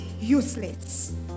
useless